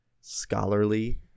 scholarly